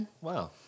Wow